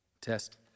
Test